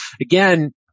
again